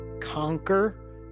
conquer